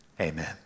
amen